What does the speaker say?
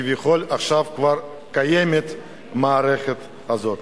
שכביכול כבר קיימת בהן עכשיו מערכת כזאת,